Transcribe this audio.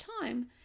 time